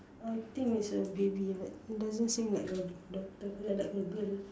I think it's a baby that doesn't seem like a daughter like like a girl